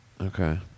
Okay